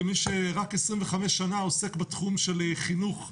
כמי שרק 25 שנה עוסק בתחום של חינוך בישראל,